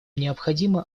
необходимо